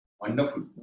Wonderful